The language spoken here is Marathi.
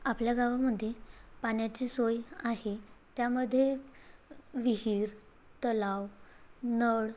आपल्या गावामध्ये पाण्याची सोय आहे त्यामध्ये विहीर तलाव नळ